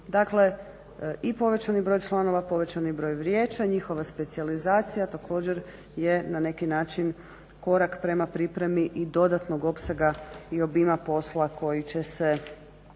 Dakle, i povećani broj članova i povećani broj vijeća, njihova specijalizacija također je na neki način korak prema pripremi i dodatnog opsega i obima posla koji će se